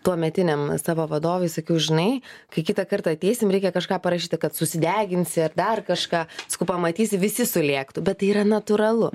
tuometiniam savo vadovui sakiau žinai kai kitą kartą ateisim reikia kažką parašyti kad susideginsi ar dar kažką sakau pamatysi visi sulėktų bet tai yra natūralu